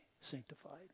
sanctified